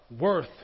worth